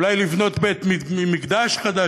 אולי לבנות בית-מקדש חדש,